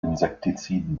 insektiziden